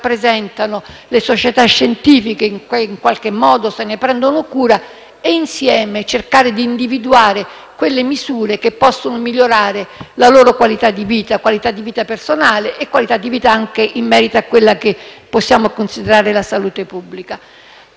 rappresentano, le società scientifiche che in qualche modo se ne prendono cura, e insieme cercare di individuare quelle misure che possono migliorare la loro qualità di vita personale e qualità di vita anche in merito a quella che possiamo considerare la salute pubblica.